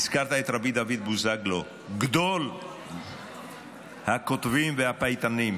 הזכרת את רבי דוד בוזגלו גדול הכותבים והפייטנים,